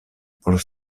por